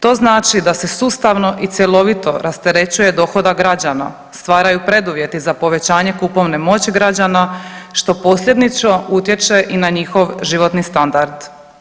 To znači da se sustavno i cjelovito rasterećuje dohodak građana, stvaraju preduvjeti za povećanje kupovne moći građana, što posljednično utječe i na njihov životni standard.